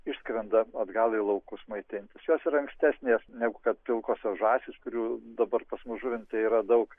išskrenda atgal į laukus maitintis jos yra ankstesnės negu kad pilkosios žąsys kurių dabar pas mus žuvinte yra daug